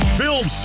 film